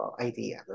idea